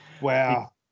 Wow